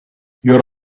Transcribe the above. your